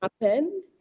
happen